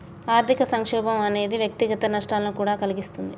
ఆర్థిక సంక్షోభం అనేది వ్యక్తిగత నష్టాలను కూడా కలిగిస్తుంది